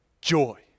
joy